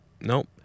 Nope